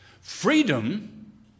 Freedom